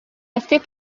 restée